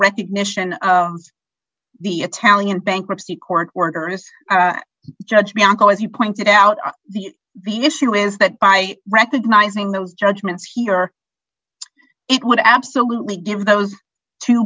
recognition the italian bankruptcy court order is judgment call as you pointed out the the issue is that by recognizing those judgments here it would absolutely give those two